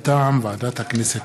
מטעם ועדת הכנסת.